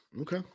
Okay